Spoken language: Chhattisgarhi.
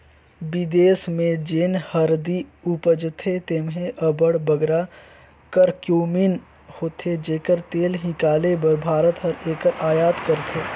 बिदेस में जेन हरदी उपजथे तेम्हें अब्बड़ बगरा करक्यूमिन होथे जेकर तेल हिंकाले बर भारत हर एकर अयात करथे